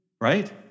right